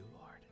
Lord